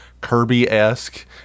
Kirby-esque